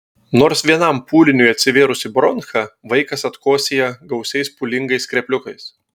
nors vienam pūliniui atsivėrus į bronchą vaikas atkosėja gausiais pūlingais skrepliukais